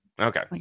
Okay